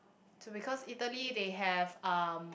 to because Italy they have um